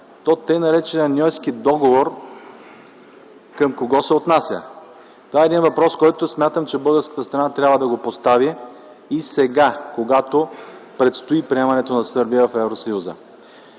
то т.нар. Ньойски договор към кого се отнася? Това е въпрос, който смятаме, че българската страна трябва да постави и сега, когато предстои приемането на Сърбия в Европейския